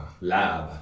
lab